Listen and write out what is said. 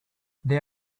they